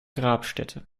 grabstätte